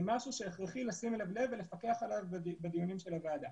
זה משהו שהכרחי לשים אליו לב ולפקח עליו בדיונים של הוועדה.